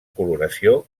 coloració